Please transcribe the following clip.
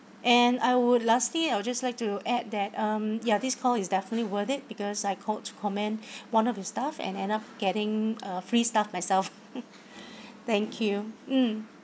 and I would lastly I'll just like to add that um ya this call is definitely worth it because I called to commend one of the staff and end up getting uh free stuff myself thank you mm